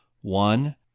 One